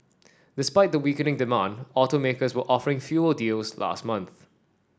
despite the weakening demand automakers were offering fewer deals last month